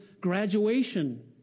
Graduation